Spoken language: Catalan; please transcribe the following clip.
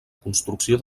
construcció